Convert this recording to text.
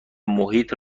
محیط